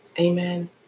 amen